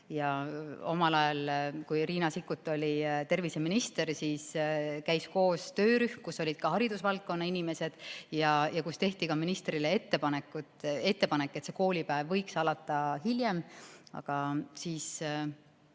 Omal ajal, kui Riina Sikkut oli terviseminister, käis koos töörühm, kus olid ka haridusvaldkonna inimesed, ja tehti ministrile ettepanek, et koolipäev võiks alata hiljem. Aga toimus